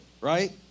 right